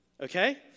Okay